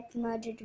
murdered